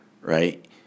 right